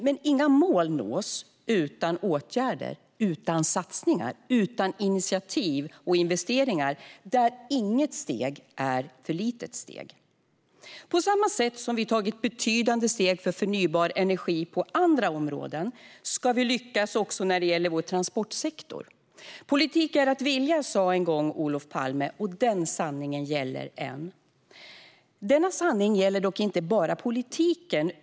Men inga mål nås utan åtgärder, utan satsningar och utan initiativ och investeringar - och där är inget steg för litet! På samma sätt som vi har tagit betydande steg för förnybar energi på andra områden ska vi lyckas också när det gäller vår transportsektor. Politik är att vilja, sa en gång Olof Palme. Den sanningen gäller än. Denna sanning gäller dock inte bara politiken.